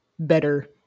better